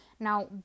Now